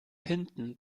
hinten